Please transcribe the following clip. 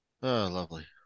lovely